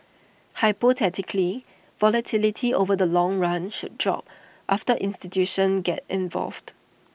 hypothetically volatility over the long run should drop after institutions get involved